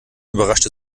überrascht